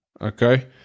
Okay